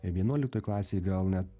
vienuoliktoj klasėj gal net